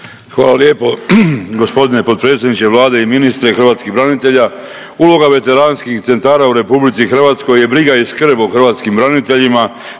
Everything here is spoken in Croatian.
Hvala lijepo g. potpredsjedniče Vlade i ministre hrvatskih branitelja. Uloga veteranskih centara u RH je briga i skrb o hrvatskim braniteljima,